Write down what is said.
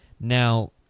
Now